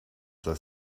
das